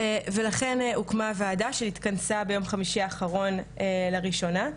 ולכן הוקמה הוועדה שהתכנסה ביום חמישי האחרון לראשונה,